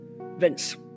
Vince